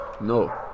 no